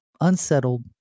unsettled